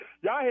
Y'all